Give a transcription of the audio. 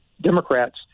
Democrats